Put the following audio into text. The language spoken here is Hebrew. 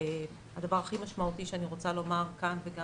הדבר הכי משמעותי שאני רוצה לומר כאן, וגם